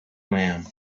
man